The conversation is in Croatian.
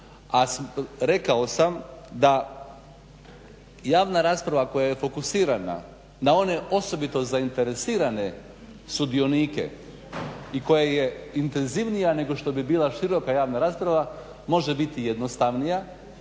A rekao sam da javna rasprava koja je fokusirana na one osobito zainteresirane sudionike i koja je intenzivnija nego što bi bila široka javna rasprava može biti jednostavnija,